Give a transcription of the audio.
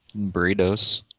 Burritos